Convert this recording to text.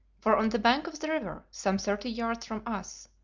for on the bank of the river, some thirty yards from us,